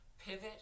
pivot